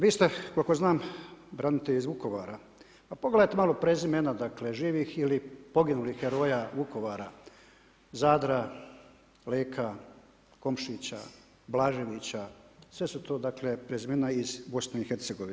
Vi ste koliko znam branitelj iz Vukovara, pa pogledajte malo prezimena živih ili poginulih heroja Vukovara Zadra, Leka, Komšića, Blaževića sve su to prezimena iz BiH.